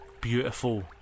beautiful